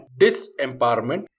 Disempowerment